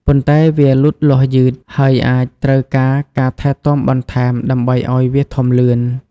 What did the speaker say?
ប៉ុន្តែ វាលូតលាស់យឺត ហើយអាចត្រូវការការថែទាំបន្ថែមដើម្បីឲ្យវាធំលឿន។